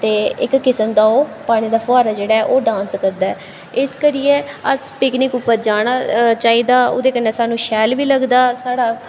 ते इक किसम दा ओह् पानी दा फोहारा जेह्ड़ा ऐ ओह् डांस करदा ऐ इक करियै अस पिकनिक उप्पर जाना चाहिदा ओह्दे कन्नै सानूं शैल बी लगदा साढ़ा